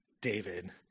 David